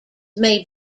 may